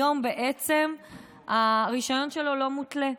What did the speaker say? היום בעצם הרישיון שלו לא מותלה.